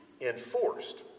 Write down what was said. enforced